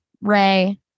Ray